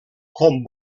com